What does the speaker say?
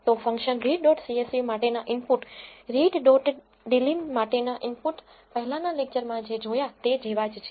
તો function read dot CSV માટેના input read dot delim માટેના ઈનપુટ પહેલાના લેક્ચરમાં જે જોયાં તે જેવાં જ છે